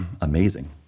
amazing